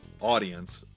audience